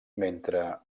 mentre